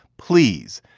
please?